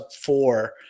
four